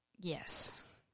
Yes